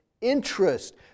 interest